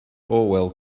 orwell